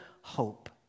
hope